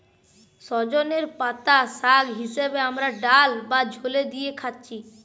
সজনের পাতা শাগ হিসাবে আমরা ডাল বা ঝোলে দিয়ে খাচ্ছি